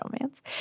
romance